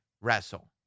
wrestle